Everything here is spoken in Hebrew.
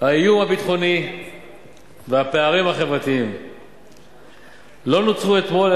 האיום הביטחוני והפערים החברתיים לא נוצרו אתמול,